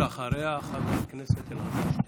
ואחריה, חבר הכנסת אלעזר שטרן.